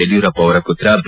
ಯಡಿಯೂರಪ್ಪ ಅವರ ಪುತ್ರ ಬಿ